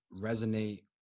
resonate